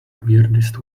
weirdest